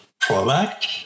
product